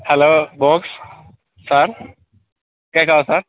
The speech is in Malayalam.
ഹലോ ബോക്സ് സാർ കേൾക്കാവോ സാർ